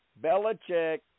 Belichick